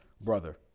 brother